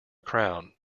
crown